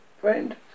Friend